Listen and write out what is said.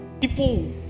people